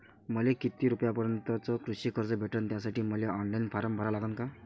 मले किती रूपयापर्यंतचं कृषी कर्ज भेटन, त्यासाठी मले ऑनलाईन फारम भरा लागन का?